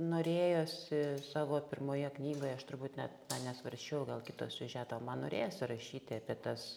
norėjosi savo pirmoje knygoje aš turbūt net nesvarsčiau gal kito siužeto man norėjosi rašyti apie tas